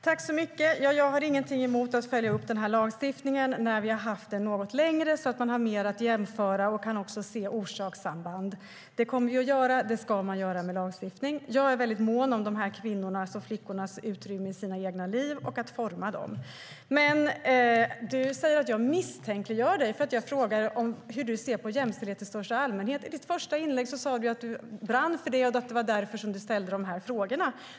Fru talman! Jag har ingenting emot att följa upp den här lagstiftningen när vi haft den något längre, så att man har mer att jämföra med och också kan se orsakssamband. Det kommer vi att göra, och det ska man göra med lagstiftning. Jag är väldigt mån om de här kvinnornas och flickornas utrymme i sina egna liv och deras möjlighet att forma dem. Du säger att jag misstänkliggör dig, Mikael Eskilandersson, för att jag frågar hur du ser på jämställdhet i största allmänhet. I ditt första inlägg sa du att du brann för det och att det var därför du ställde de här frågorna.